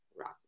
Ross